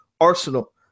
Arsenal